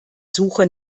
suche